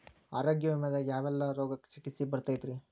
ಆರೋಗ್ಯ ವಿಮೆದಾಗ ಯಾವೆಲ್ಲ ರೋಗಕ್ಕ ಚಿಕಿತ್ಸಿ ಬರ್ತೈತ್ರಿ?